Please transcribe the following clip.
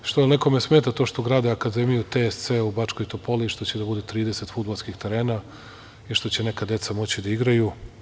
Da li nekom smeta što grade Akademiju TSC u Bačkoj Topoli i što će da bude 30 fudbalskih terena i što će neka deca moći da igraju?